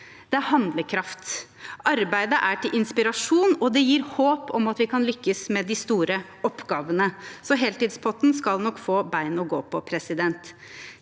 det er handlekraft. Arbeidet er til inspirasjon, og det gir håp om at vi kan lykkes med de store oppgavene. Så heltidspotten skal nok få bein å gå på. Til